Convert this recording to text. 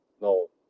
No